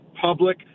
public